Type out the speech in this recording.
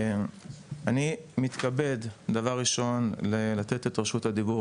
אני מתכבד קודם כל לתת את רשות הדיבור